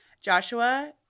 Joshua